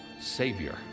savior